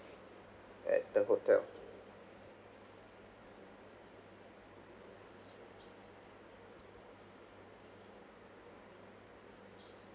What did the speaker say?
at the hotel